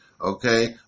okay